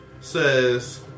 says